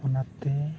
ᱚᱱᱟᱛᱮ